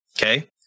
Okay